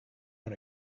own